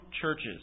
churches